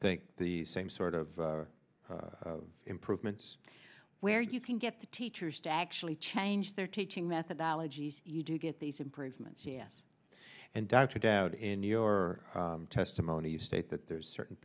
think the same sort of improvements where you can get the teachers to actually change their teaching methodology so you do get these improvements yes and dr doubt in your testimony you state that there are certain